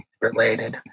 related